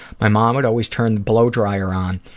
my mom would always turn the blow dryer on,